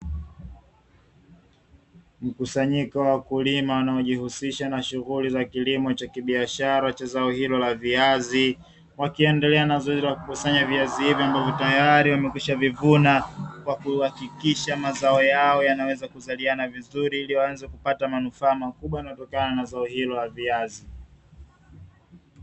Mkusanyiko wa wakulima wanaojihusisha na shughuli za kilimo cha kibiashara cha zao hilo la viazi, wakiendelea na zoezi la kukusanya viazi ivyo ambavyo tayari wamekwishavivuna, kwa kuhakikisha mazao yao yanaweza kuzaliana vizuri ili waanze kupata manufaa makubwa yanayotokana na zao hilo la viazi.